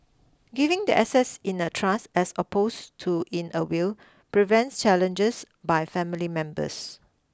giving the assets in a trust as opposed to in a will prevents challenges by family members